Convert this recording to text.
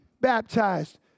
baptized